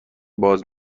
باز